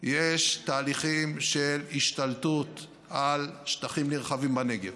יש תהליכים של השתלטות על שטחים נרחבים בנגב,